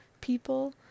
people